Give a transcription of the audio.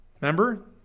Remember